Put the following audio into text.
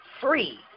free